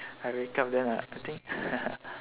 I wake up then I think